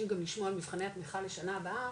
גם לשמוע על מבחני התמיכה לשנה הבאה,